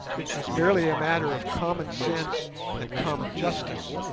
it was merely a matter of common sense and common justice.